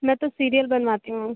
मैं तो सीरियल बनवाती हूँ